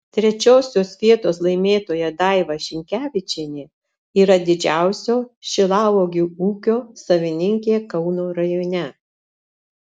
trečiosios vietos laimėtoja daiva šinkevičienė yra didžiausio šilauogių ūkio savininkė kauno rajone